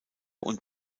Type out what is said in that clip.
und